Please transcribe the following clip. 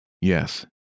Yes